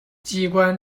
机关